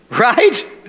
right